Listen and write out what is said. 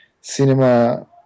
cinema